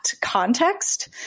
context